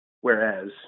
whereas